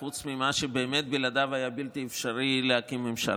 חוץ ממה שבאמת בלעדיו היה בלתי אפשרי להקים ממשלה.